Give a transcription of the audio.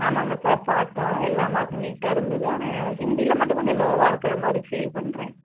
ஆமாங்க சார் பார்த்தோம் எல்லாம் மார்க்கும் நீட்டாக இருந்தது ஆனால் ஹிந்தியில் மட்டும் கொஞ்சம் லோவாக இருக்கிற மாதிரி ஃபீல் பண்ணுறேன்